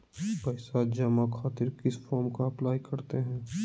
पैसा जमा खातिर किस फॉर्म का अप्लाई करते हैं?